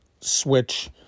switch